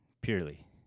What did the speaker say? purely